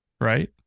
right